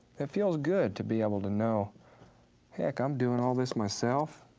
it feels good to be able to know heck, i'm doing all this myself.